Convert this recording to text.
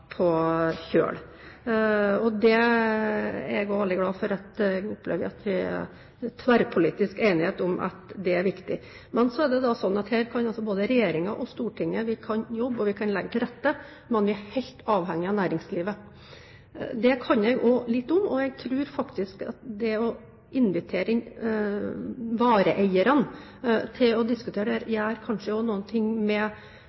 kjøl. Jeg er veldig glad for at det er tverrpolitisk enighet om at det er viktig. Så dette kan både regjering og storting jobbe med og legge til rette for, men man er helt avhengig av næringslivet. Det kan jeg også litt om. Jeg tror faktisk at det å invitere vareeierne til å diskutere dette kanskje gjør noe med